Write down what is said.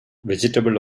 vegetable